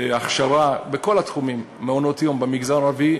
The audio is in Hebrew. ההכשרה, בכל התחומים, מעונות-יום במגזר הערבי,